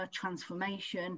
transformation